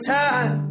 time